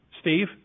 Steve